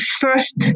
first